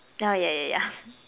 oh yeah yeah yeah